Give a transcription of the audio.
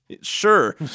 sure